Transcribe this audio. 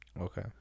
okay